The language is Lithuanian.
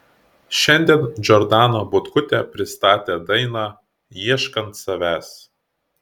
šiandien džordana butkutė pristatė dainą ieškant savęs